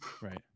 right